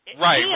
right